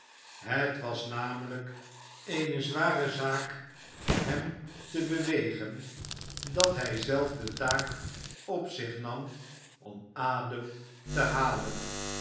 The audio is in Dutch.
het was namelijk eene zware zaak hem te bewegen dat hij zelf de taak op zich nam om adem te halen